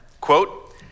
quote